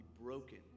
broken